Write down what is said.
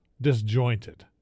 disjointed